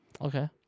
Okay